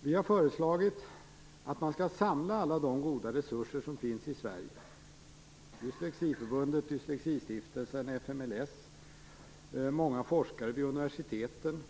Vi har föreslagit att man skall samla de goda resurser som finns i Sverige - Dyslexiförbundet, Dyslexistiftelsen och FMLS, många forskare vid universiteten